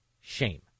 shame